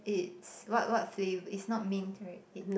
it's what what flav~ it's not mint right it